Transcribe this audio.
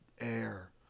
air